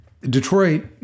Detroit